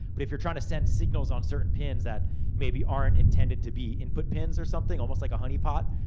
but if you're trying to send signals on certain pins, that maybe aren't intended to be input pins or something. almost like a honeypot,